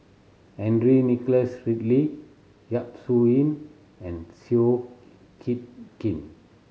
Henry Nicholas Ridley Yap Su Yin and Seow Yit Kin